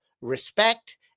respect